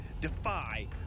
Defy